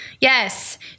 Yes